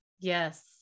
Yes